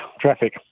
traffic